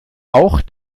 auch